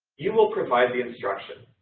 you will provide the instruction.